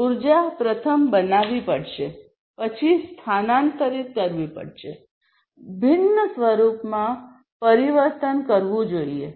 ઉર્જા પ્રથમ બનાવવી પડશે પછી સ્થાનાંતરિત કરવી પડશે ભિન્ન સ્વરૂપમાં પરિવર્તન કરવું જોઈએ